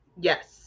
Yes